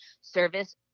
service